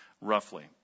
roughly